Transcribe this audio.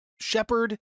shepherd